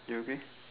you okay